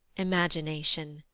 imagination!